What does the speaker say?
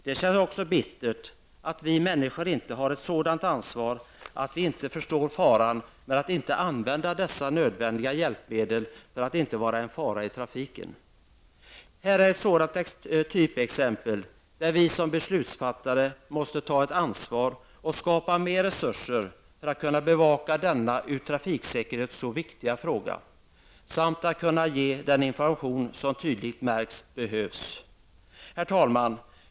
Det känns också bittert att vi människor inte har sådant ansvar att vi förstår faran med att inte använda dessa nödvändiga hjälpmedel för att inte vara en fara i trafiken. Detta är ett typexemel på ett område där vi som beslutsfattare måste ta ett ansvar och skapa mer resurser för att kunna bevaka denna ur trafiksäkerhetssynpunkt så viktiga fråga samt kunna ge den information som vi tydligt märker behövs. Herr talman!